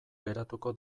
geratuko